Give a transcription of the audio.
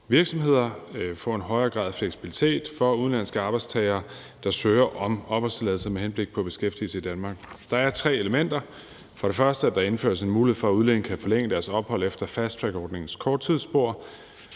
virksomheder og at få en højere grad af fleksibilitet for udenlandske arbejdstagere, der søger om opholdstilladelse med henblik på beskæftigelse i Danmark. Der er tre elementer. For det første indføres der en mulighed for, at udlændinge kan forlænge deres ophold efter fasttrackordningens korttidsspor.